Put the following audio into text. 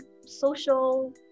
social